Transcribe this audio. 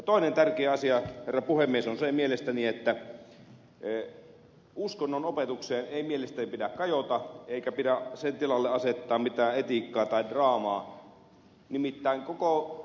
toinen tärkeä asia herra puhemies on mielestäni se että uskonnonopetukseen ei pidä kajota eikä pidä sen tilalle asettaa mitään etiikkaa tai draamaa